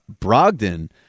Brogdon